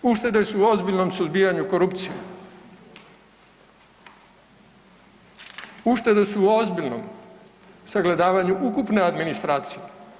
Uštede su u ozbiljnom suzbijanju korupcije, uštede su u ozbiljnom sagledavanju ukupne administracije.